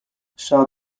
shah